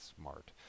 smart